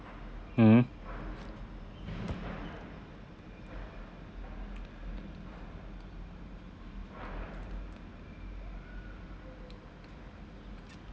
mmhmm